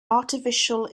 artificial